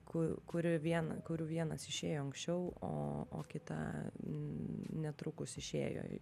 ku kurių viena kurių vienas išėjo anksčiau o o kitą netrukus išėjo